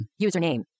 Username